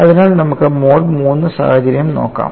അതിനാൽ നമുക്ക് mode III സാഹചര്യം നോക്കാം